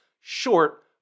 short